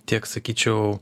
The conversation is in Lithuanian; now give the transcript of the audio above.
tiek sakyčiau